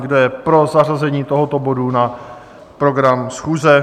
Kdo je pro zařazení tohoto bodu na program schůze?